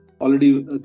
already